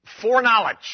foreknowledge